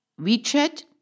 WeChat